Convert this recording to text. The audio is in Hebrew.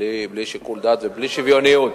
בלי שיקול דעת ובלי שוויוניות.